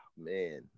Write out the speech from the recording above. man